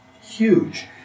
huge